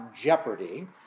jeopardy